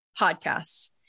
podcasts